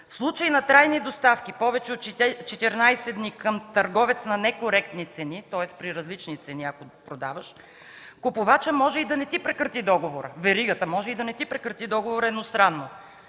„В случай на трайни доставки, повече от 14 дни, към търговец на некоректни цени” – тоест при различни цени, ако продаваш, купувачът може и да не ти прекрати договора, веригата може да не ти прекрати договора едностранно,